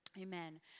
Amen